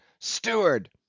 Steward